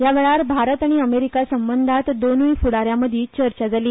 ह्या वेळार भारत आनी अमेरिका संबंदांत दोनूय फूडा यां मदीं चर्चा जाली